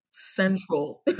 Central